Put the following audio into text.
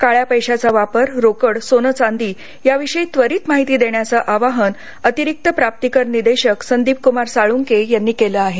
काळ्या पैशाचा वापर रोकड सोने चांदी याविषयी त्वरित माहिती देण्याचं आवाहन अतिरिक्त प्राप्तिकर निदेशक संदीपक्मार साळुंखे यांनी केलं आहे